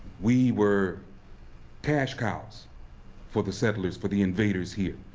we were cash cows for the settlers, for the invaders here.